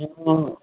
कत्तौ ने